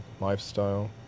lifestyle